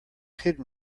hidden